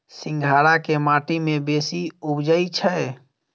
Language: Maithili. सिंघाड़ा केँ माटि मे बेसी उबजई छै?